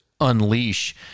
unleash